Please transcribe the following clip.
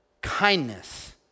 Kindness